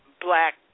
Black